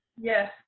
Yes